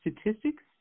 statistics